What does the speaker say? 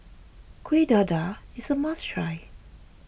Kueh Dadar is a must try